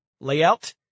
layout